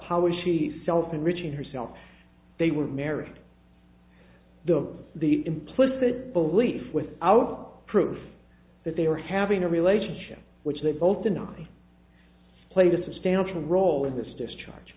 tower she sells enriching herself they were married the the implicit belief without proof that they were having a relationship which they both deny played a substantial role in this discharge